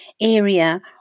area